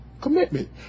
Commitment